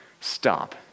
Stop